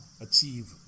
achieve